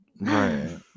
right